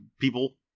people